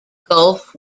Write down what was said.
gulf